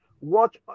watch